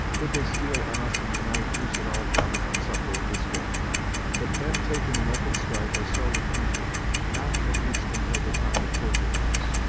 could they steal on us in the night, we should all probably suffer in this way but men taken in open strife are seldom injured not, at least, until the time of torture comes.